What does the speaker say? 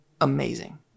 amazing